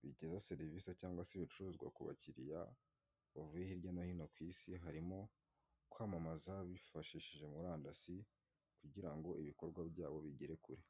bigeza serivise cyangwa se ibicuruzwa ku bakiriya, bavuye hirya no hino ku isi, harimo kwamamaza bifashishije murandasi, kugira ngo ibikorwa byabo bigere kure.